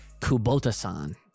Kubota-san